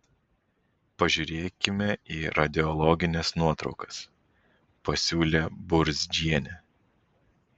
pažiūrėkime į radiologines nuotraukas pasiūlė burzdžienė